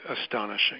astonishing